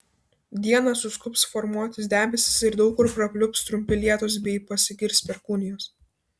dieną suskubs formuotis debesys ir daug kur prapliups trumpi lietūs bei pasigirs perkūnijos